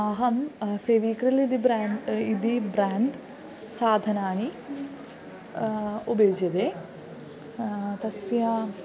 अहं फ़ेविक्रिल् इति ब्राण्ड् इति ब्राण्ड् साधनानि उपयुज्यन्ते तस्य